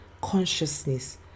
consciousness